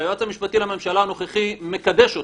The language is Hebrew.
שהיועץ המשפטי לממשלה הנוכחי מקדש אותן,